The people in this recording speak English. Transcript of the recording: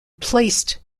placed